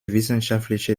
wissenschaftliche